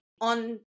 on